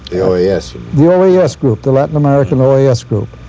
the oas. the oas group, the latin american oas group.